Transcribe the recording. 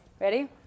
Ready